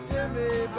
Jimmy